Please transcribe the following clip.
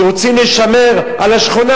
שרוצים לשמור על השכונה.